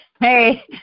Hey